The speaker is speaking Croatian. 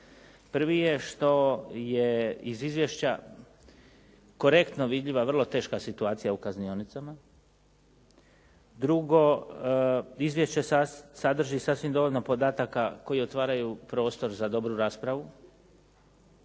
Prvi je što je iz izvješća korektno vidljiva vrlo teška situacija u kaznionicama. Drugo, izvješće sadrži sasvim dovoljno podataka koji otvaraju prostor za dobru raspravu